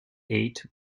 eight